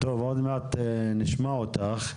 טוב, עוד מעט נשמע אותך.